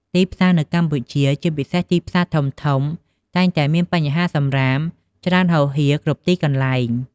ទីផ្សារនៅកម្ពុជា ជាពិសេសទីផ្សារធំៗ តែងតែមានបញ្ហាសំរាមច្រើនហូរហៀរគ្រប់ទីកន្លែង។